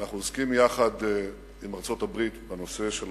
ואנחנו עוסקים יחד עם ארצות-הברית בנושא של הפיתוח.